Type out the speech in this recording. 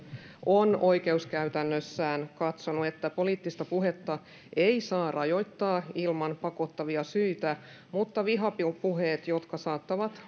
on oikeuskäytännössään katsonut että poliittista puhetta ei saa rajoittaa ilman pakottavia syitä mutta vihapuheet jotka saattavat